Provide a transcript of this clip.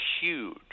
huge